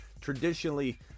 traditionally